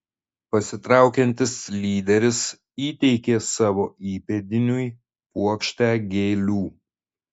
pasitraukiantis lyderis įteikė savo įpėdiniui puokštę gėlių